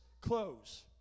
close